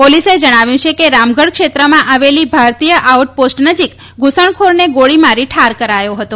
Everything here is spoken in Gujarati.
પોલીસે જણાવ્યું છે કે રામગઠ ક્ષેત્રમાં આવેલી ભારતીય આઉટ પોસ્ટ નજીક ધુસણખોરને ગોળી મારી ઠાર કરાયો હતો